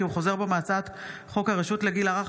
הוא חוזר בו מהצעת חוק הרשות לגיל הרך,